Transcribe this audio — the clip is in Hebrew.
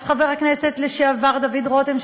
אז חבר הכנסת לשעבר דוד רותם,